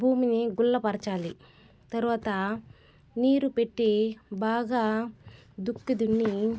భూమిని గుల్లపరచాలి తర్వాత నీరు పెట్టి బాగా దుక్కి దున్ని